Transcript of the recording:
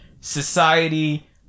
society